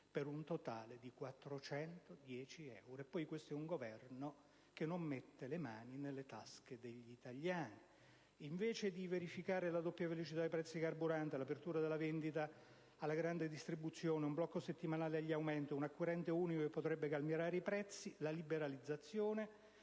per un totale di 410 euro. E questo sarebbe un Governo che non mette le mani nelle tasche degli italiani! Invece di verificare la doppia velocità dei prezzi dei carburanti, l'apertura della vendita attraverso la grande distribuzione, un blocco settimanale degli aumenti, un acquirente unico che potrebbe calmierare i prezzi, la liberalizzazione